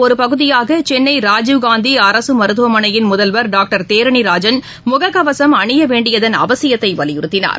ஒருபகுதியாகசென்னைராஜீவ்காந்திஅரசுமருத்துவமனையின் முதல்வர் டாக்டர் தேரணிராஜன் இதன் முகக்கவசம் அணியவேண்டியதன் அவசியத்தைவலியுறுத்தினார்